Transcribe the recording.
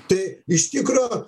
tai iš tikro